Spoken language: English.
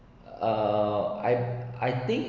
err I I think